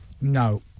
no